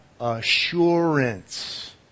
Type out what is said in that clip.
assurance